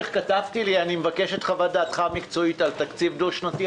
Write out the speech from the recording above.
כתבתי לי: אני מבקש את חוות דעתך המקצועית על תקציב דו-שנתי.